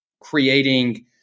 creating